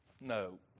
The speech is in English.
No